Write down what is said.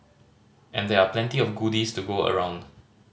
and there are plenty of goodies to go around